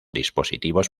dispositivos